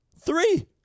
Three